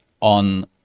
on